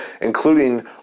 including